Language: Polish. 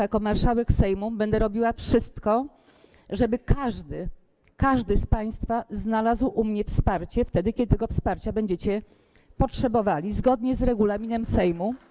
Jako marszałek Sejmu będę robiła wszystko, żeby każdy z państwa znalazł u mnie wsparcie, wtedy kiedy tego wsparcia będziecie państwo potrzebowali, zgodnie z regulaminem Sejmu.